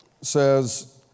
says